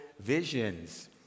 visions